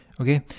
Okay